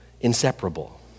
Inseparable